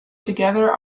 together